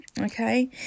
okay